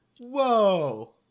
Whoa